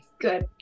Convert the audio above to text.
good